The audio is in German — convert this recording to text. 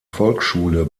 volksschule